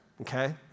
Okay